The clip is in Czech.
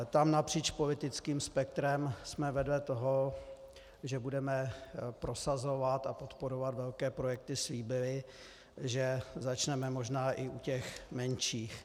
Tam napříč politickým spektrem jsme vedle toho, že budeme prosazovat a podporovat velké projekty, slíbili, že začneme možná i u těch menších.